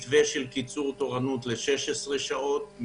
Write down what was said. מתווה של קיצור תורנות ל-16 שעות,